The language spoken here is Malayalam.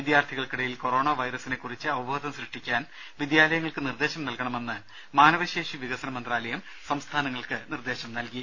വിദ്യാർത്ഥികൾക്കിടയിൽ കൊറോണ വൈറസിനെകുറിച്ച് അവബോധം സൃഷ്ടിക്കാൻ വിദ്യാലയങ്ങൾക്ക് നിർദ്ദേശം നൽകണമെന്ന് മാനവശേഷി വികസന മന്ത്രാലയം സംസ്ഥാനങ്ങൾക്ക് നിർദ്ദേശം നൽകി